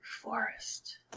Forest